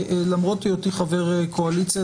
למרות היותי חבר קואליציה,